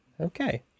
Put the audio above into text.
Okay